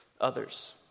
others